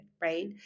right